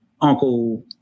uncle